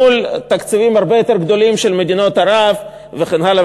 מול תקציבים הרבה יותר גדולים של מדינות ערב וכן הלאה,